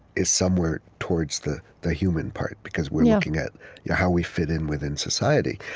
is somewhere towards the the human part, because we're looking at yeah how we fit in within society.